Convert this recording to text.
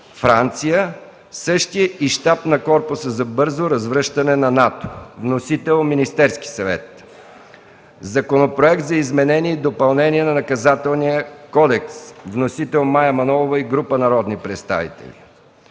Франция, същият и щаб на Корпуса за бързо развръщане на НАТО, внесен от Министерския съвет. - Законопроект за изменение и допълнение на Наказателния кодекс, внесен от Мая Манолова и група народни представители.